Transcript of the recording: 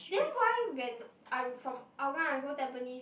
then why when I from Hougang I go Tampines